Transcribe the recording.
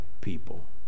people